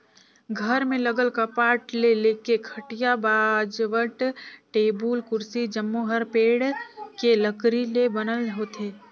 घर में लगल कपाट ले लेके खटिया, बाजवट, टेबुल, कुरसी जम्मो हर पेड़ के लकरी ले बनल होथे